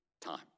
time